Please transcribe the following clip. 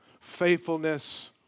faithfulness